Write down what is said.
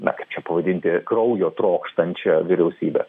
na kaip čia pavadinti kraujo trokštančia vyriausybe